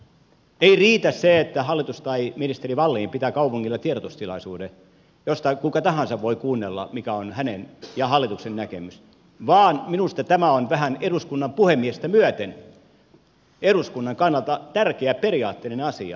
ei riitä se että hallitus tai ministeri wallin pitää kaupungilla tiedotustilaisuuden josta kuka tahansa voi kuunnella mikä on hänen ja hallituksen näkemys vaan minusta tämä on vähän eduskunnan puhemiestä myöten eduskunnan kannalta tärkeä periaatteellinen asia